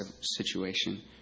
situation